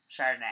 chardonnay